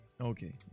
okay